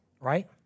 Right